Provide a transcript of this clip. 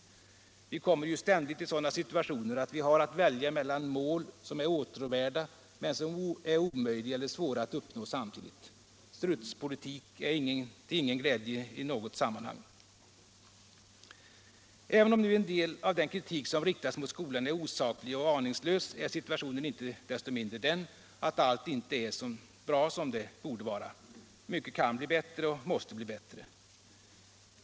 Vi kommer ständigt i sådana situationer att vi har att välja mellan mål som är åtråvärda, men som är omöjliga eller svåra att uppnå samtidigt. Strutspolitik är inte till glädje i något sammanhang. Även om nu en del av den kritik som riktas mot skolan är osaklig och aningslös, är situationen inte desto mindre den att allt inte är så bra som det borde vara. Mycket kan bli bättre och måste bli bättre.